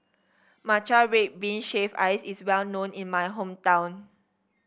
Matcha Red Bean Shaved Ice is well known in my hometown